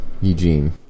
Eugene